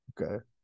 Okay